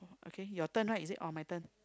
okay your turn right is it or my turn